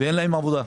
ואין להם עבודה.